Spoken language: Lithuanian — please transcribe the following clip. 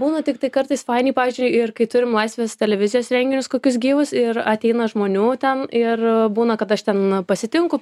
būna tiktai kartais fainiai pavyzdžiui ir kai turim laisvės televizijos renginius kokius gyvus ir ateina žmonių ten ir būna kad aš ten pasitinku